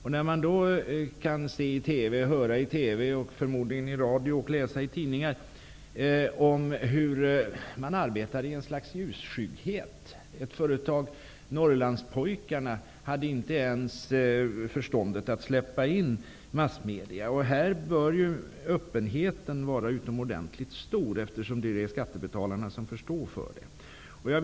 Genom TV -- förmodligen gäller det också radion -- och tidningar får vi veta hur det arbetas i ett slags ljusskygghet. Företaget Norrlandspojkarna hade inte ens förstånd att släppa in massmedierna. Öppenheten bör i detta sammanhang vara utomordentligt stor, eftersom det är just skattebetalarna som får stå för det hela.